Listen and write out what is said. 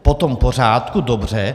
Potom v pořádku, dobře.